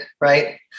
right